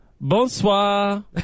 Bonsoir